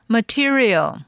Material